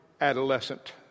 adolescent